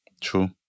true